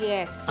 Yes